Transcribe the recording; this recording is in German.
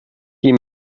die